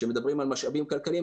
כשמדברים על משאבים כלכליים,